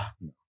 No